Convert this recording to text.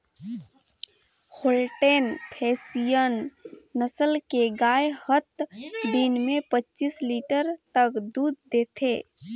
Holstein Friesian नसल के गाय हत दिन में पच्चीस लीटर तक दूद देथे